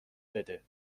بده